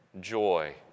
joy